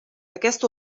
aquest